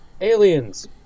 aliens